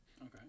Okay